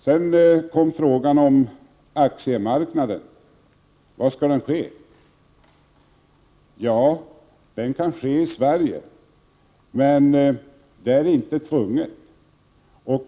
Sedan kom frågan om aktiemarknaden: Var skall aktiehandeln ske? Den kan ske i Sverige, men det är inte tvunget.